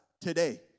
today